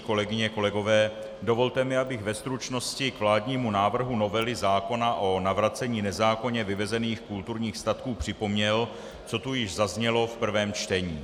Kolegyně, kolegové, dovolte mi, abych ve stručnosti k vládnímu návrhu novely zákona o navracení nezákonně vyvezených kulturních statků připomněl, co tu již zaznělo v prvém čtení.